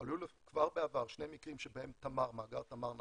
היו כבר בעבר שני מקרים שבהם מאגר תמר נפל.